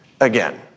again